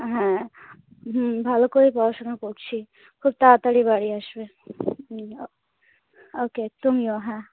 হ্যাঁ হুম ভালো করে পড়াশুনা করছি খুব তাড়াতাড়ি বাড়ি আসবে হুম ওকে তুমিও হ্যাঁ